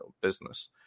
business